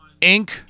Inc